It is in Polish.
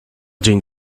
dzień